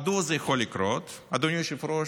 מדוע זה יכול לקרות, אדוני היושב-ראש?